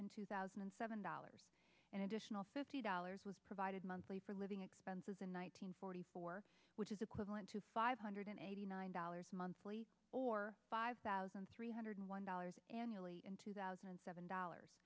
in two thousand and seven dollars an additional fifty dollars was provided monthly for living expenses in one nine hundred forty four which is equivalent to five hundred eighty nine dollars monthly or five thousand three hundred one dollars annually in two thousand and seven dollars